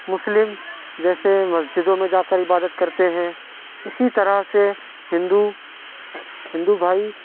مسلم جیسے مسجدوں میں جا کر عبادت کرتے ہیں اسی طرح سے ہندو ہندو بھائی